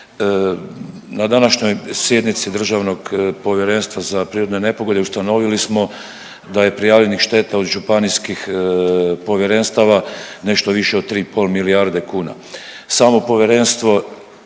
Na današnjoj sjednici Državnog povjerenstva za prirodne nepogode ustanovili smo da je prijavljenih šteta od županijskih povjerenstava nešto više od 3,5 milijarde kuna.